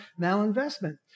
malinvestment